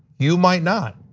you might not.